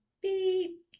beep